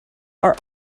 are